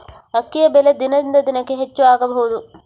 ಅಕ್ಕಿಯ ಬೆಲೆ ದಿನದಿಂದ ದಿನಕೆ ಹೆಚ್ಚು ಆಗಬಹುದು?